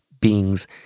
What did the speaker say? beings